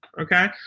okay